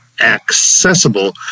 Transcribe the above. accessible